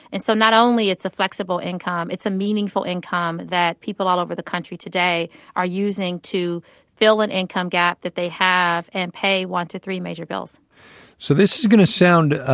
and so not only it's a flexible income, it's a meaningful income that people all over the country today are using to fill an income gap that they have and pay one to three major bills so this is going to sound